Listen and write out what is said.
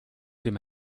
dem